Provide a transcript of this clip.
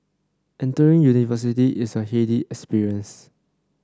entering university is a heady experience